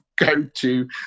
go-to